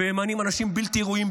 וממנים אנשים בלתי ראויים,